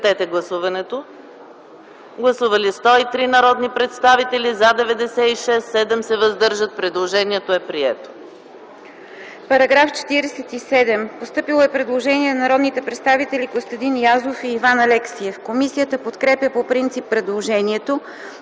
Параграф 47 – постъпило е предложение на народните представители Костандин Язов и Иван Алексиев. Комисията подкрепя по принцип предложението.